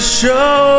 show